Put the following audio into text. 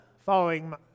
following